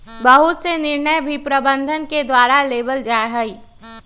बहुत से निर्णय भी प्रबन्धन के द्वारा लेबल जा हई